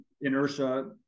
inertia